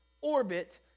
orbit